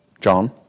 John